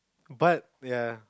but ya